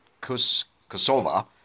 Kosovo